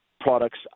products